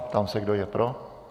Ptám se, kdo je pro.